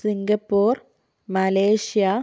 Singapore Malaysia